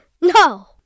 no